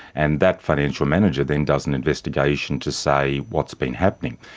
and that financial manager then does an investigation to say what's been happening.